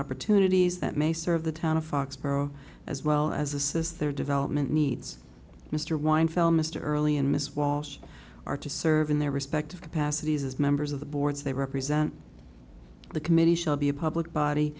opportunities that may serve the town of foxborough as well as assess their development needs mr wind fell mr early and miss walsh are to serve in their respective capacities as members of the boards they represent the committee shall be a public body